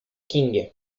qing